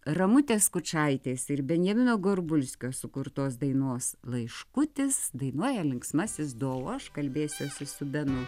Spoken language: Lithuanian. ramutės skučaitės ir benjamino gorbulskio sukurtos dainos laiškutis dainuoja linksmasis do o aš kalbėsiuosi su benu